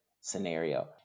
scenario